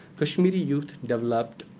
kashmiri youth developed